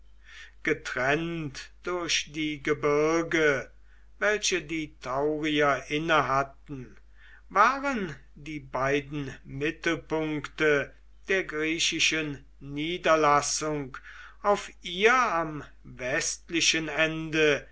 getrennt durch die gebirge welche die taurier innehatten waren die beiden mittelpunkte der griechischen niederlassung auf ihr am westlichen ende